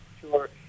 Sure